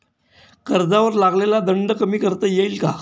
कर्जावर लागलेला दंड कमी करता येईल का?